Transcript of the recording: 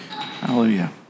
Hallelujah